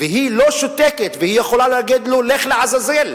והיא לא שותקת והיא יכולה להגיד לו "לך לעזאזל".